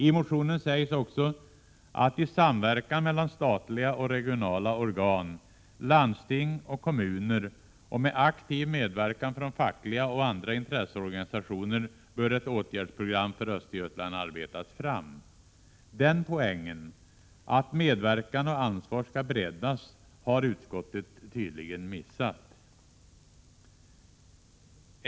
I motionen sägs också att i samverkan mellan statliga och regionala organ, landsting och kommuner och med aktiv medverkan från fackliga och andra intresseorganisationer bör ett åtgärdsprogram för Östergötland arbetas fram. Den poängen, att medverkan och ansvar skall breddas, har utskottet tydligen missat.